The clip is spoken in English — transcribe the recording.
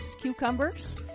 cucumbers